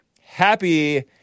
Happy